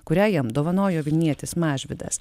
kurią jam dovanojo vilnietis mažvydas